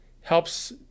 helps